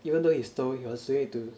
even though he stole he was doing it to